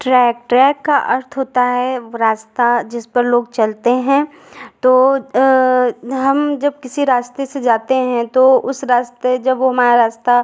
track track का अर्थ होता है वो रास्ता जिस पर लोग चलते हैं तो हम जब किसी रास्ते से जाते हैं तो उस रास्ते जब वो हमारा रास्ता